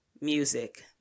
music